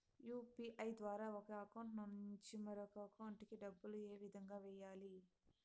UPI ద్వారా ఒక account నుంచి మరొక అకౌంట్ కి డబ్బులు ఏ విధంగా వెయ్యాలి